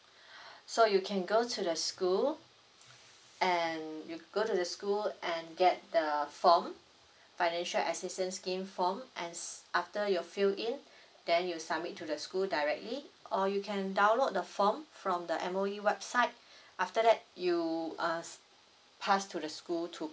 so you can go to the school and you go to the school and get the form financial assistance scheme form and after you fill in then you submit to the school directly or you can download the form from the M_O_E website after that you uh pass to the school to